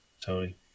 Tony